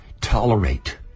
tolerate